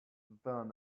than